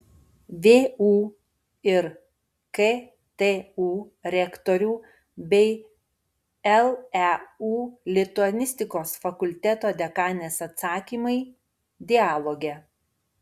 vu ir ktu rektorių bei leu lituanistikos fakulteto dekanės atsakymai dialoge